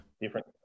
different